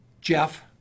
Jeff